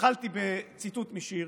התחלתי בציטוט משיר,